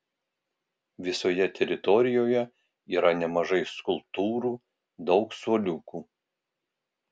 visoje teritorijoje yra nemažai skulptūrų daug suoliukų